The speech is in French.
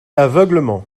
aveuglement